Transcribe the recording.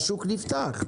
השוק נפתח.